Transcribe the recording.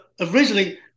originally